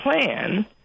plan